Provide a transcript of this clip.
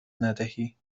ندهی